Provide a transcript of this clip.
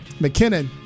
McKinnon